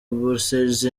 bourses